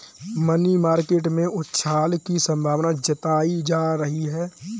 money market में उछाल की संभावना जताई जा रही है